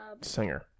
Singer